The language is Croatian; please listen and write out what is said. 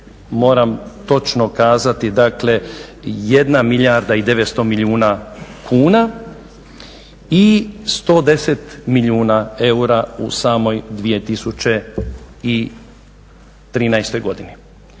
moram točno kazati, dakle 1 milijarda i 900 milijuna kuna i 110 milijuna eura u samoj 2013. godini.